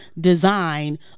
Design